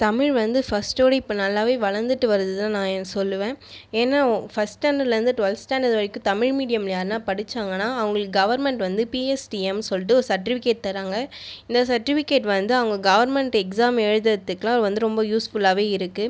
தமிழ் வந்து ஃபஸ்ட்டோட இப்போ நல்லாவே வளர்ந்துட்டு வருதுதான் நான் எ சொல்லுவேன் ஏன்னால் ஒ ஃபஸ்ட் ஸ்டாண்டட்லருந்து டுவெல்த் ஸ்டாண்டட் வரைக்கும் தமிழ் மீடியமில் யாரும் படிச்சாங்கன்னா அவங்களுக்கு கவர்மெண்ட் வந்து பிஎஸ்டிஎம் சொல்லிட்டு ஒரு சட்ரிபிக்கேட் தராங்கள் இந்த சட்டிபிக்கேட் வந்து அவங்க கவர்மெண்ட் எக்ஸாம் எழுதறதுக்லாம் வந்து ரொம்ப யூஸ்ஃபுல்லாவே இருக்குது